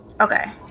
Okay